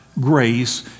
grace